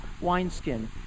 wineskin